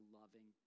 loving